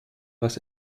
was